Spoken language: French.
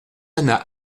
n’a